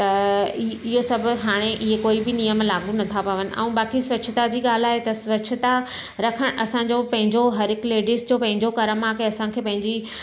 त इ इहे सभु हाणे इहे कोई बि नियम लागू नथा पवनि ऐं बाक़ी स्वच्छता जी ॻाल्हि आहे त स्वच्छता रखणु असांजो पंहिंजो हर हिक लेडीस जो पंहिंजो करमु आहे की असांखे पंहिंजी